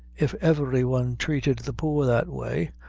if every one treated the poor that way,